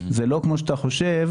זה לא כמו שאתה חושב,